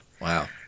wow